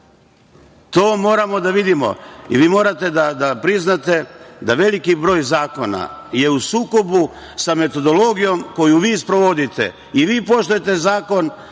To moramo da vidimo. Vi morate da priznate da je veliki broj zakona u sukobu sa metodologijom koju vi sprovodite.I vi poštujete zakon,